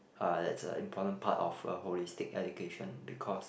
uh that's a important part of a holistic education because